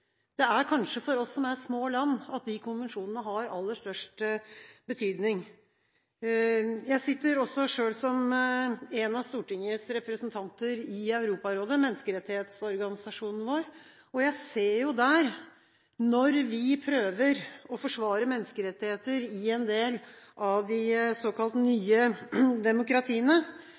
Konvensjonene har kanskje aller størst betydning for oss som er små land. Jeg sitter selv som én av Stortingets representanter i Europarådet – menneskerettighetsorganisasjonen vår – og jeg ser jo der at når vi prøver å forsvare menneskerettigheter i en del av de såkalt nye demokratiene,